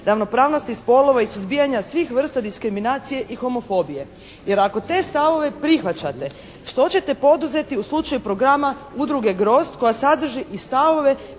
ravnopravnosti spolova i suzbijanja svih vrsta diskriminacije i homofobije. Jer ako te stavove prihvaćate, što ćete poduzeti u slučaju programa Udruge "Grozd" koja sadrži i stavove